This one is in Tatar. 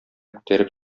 күтәреп